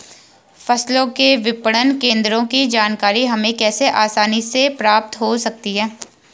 फसलों के विपणन केंद्रों की जानकारी हमें कैसे आसानी से प्राप्त हो सकती?